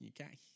okay